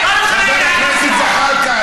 חבר הכנסת זחאלקה.